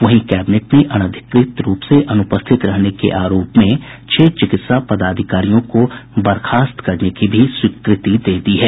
वहीं कैबिनेट ने अनधिकृत रूप से अनुपस्थित रहने के आरोप में छह चिकित्सा पदाधिकारियों को बर्खास्त करने की भी स्वीकृति दे दी है